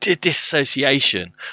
disassociation